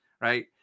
Right